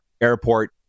airport